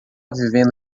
vivendo